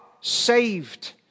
saved